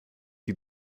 die